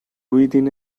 within